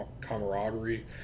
camaraderie